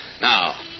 Now